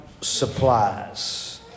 supplies